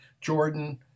Jordan